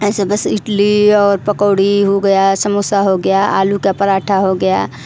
ऐसे बस इडली और पकौड़ी हो गया समोसा हो गया आलू का पराठा हो गया